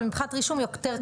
אבל מבחינת רישום יותר קל להם.